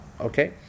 Okay